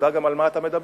תדע גם על מה אתה מדבר.